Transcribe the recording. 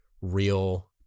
real